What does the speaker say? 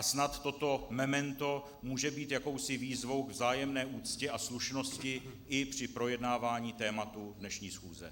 Snad toto memento může být jakousi výzvou k vzájemné úctě a slušnosti i při projednávání tématu dnešní schůze.